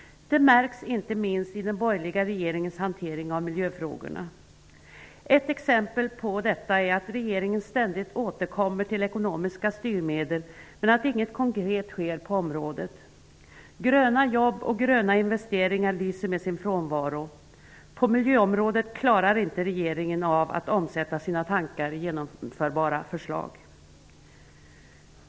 Det märks inte minst i den borgerliga regeringens hantering av miljöfrågorna. Ett exempel på detta är att regeringen ständigt återkommer till ekonomiska styrmedel, men att inget konkret sker på området. Gröna jobb och gröna investeringar lyser med sin frånvaro. På miljöområdet klarar inte regeringen av att omsätta sina tankar i genomförbara förslag.